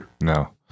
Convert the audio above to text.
No